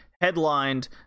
headlined